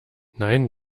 nein